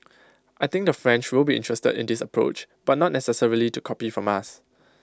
I think the French will be interested in this approach but not necessarily to copy from us